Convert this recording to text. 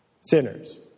sinners